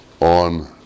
on